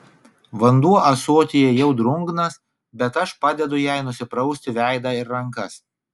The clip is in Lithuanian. vanduo ąsotyje jau drungnas bet aš padedu jai nusiprausti veidą ir rankas